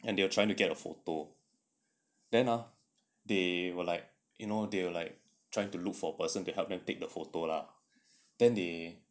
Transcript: and they are trying to get a photo then ah they were like you know they were like trying to look for person to help them take the photo lah then they